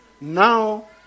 Now